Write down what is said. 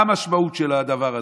מה המשמעות של הדבר הזה?